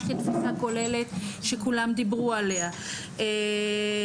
כתפיסה כוללת שכולם דיברו עליה וכמובן,